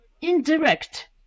indirect